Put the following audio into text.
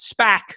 SPAC